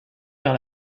vers